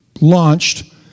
launched